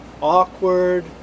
awkward